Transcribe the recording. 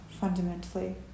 fundamentally